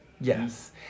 Yes